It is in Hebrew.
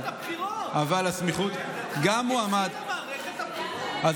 התחילה מערכת הבחירות.